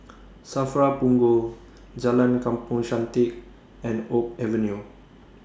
SAFRA Punggol Jalan Kampong Chantek and Oak Avenue